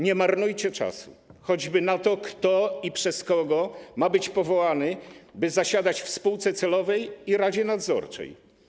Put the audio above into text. Nie marnujcie czasu na zastanawianie się, kto i przez kogo ma być powołany, by zasiadać w spółce celowej i radzie nadzorczej.